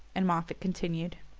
and moffatt continued